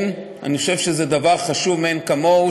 אני חושב שזה דבר חשוב מאין כמוהו,